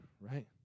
right